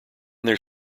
their